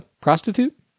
prostitute